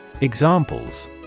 Examples